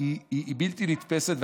היא בלתי נתפסת.